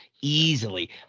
Easily